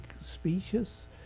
species